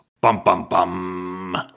Bum-bum-bum